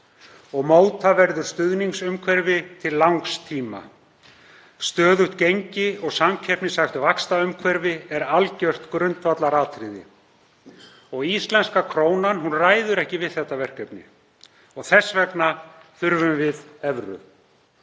Móta verður stuðningumhverfi til langs tíma. Stöðugt gengi og samkeppnishæft vaxtaumhverfi er algjört grundvallaratriði. Íslenska krónan ræður ekki við það verkefni. Þess vegna þurfum við evru.